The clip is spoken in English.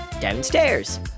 downstairs